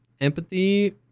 Empathy